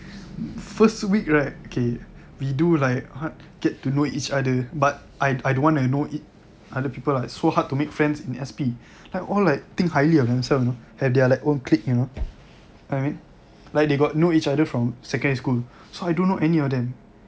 first week right okay we do like what get to know each other but I I don't want to know it other people ah like so hard to make friends in S_P like all like think highly of themself you know and have their own clique you know I mean like they got know each other from secondary school so I don't know any of them